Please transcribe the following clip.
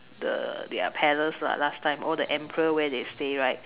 the their palace lah last time all the emperor where they stay right